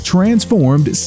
Transformed